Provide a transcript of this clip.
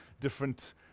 different